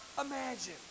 imagine